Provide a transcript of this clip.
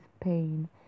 pain